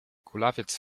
kulawiec